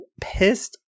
pissed